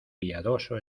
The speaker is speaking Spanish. piadoso